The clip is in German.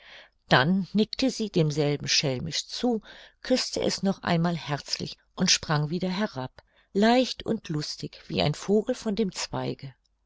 dann nickte sie demselben schelmisch zu küßte es noch einmal herzlich und sprang wieder herab leicht und lustig wie ein vogel von dem zweige